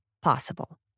possible